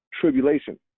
tribulation